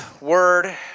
word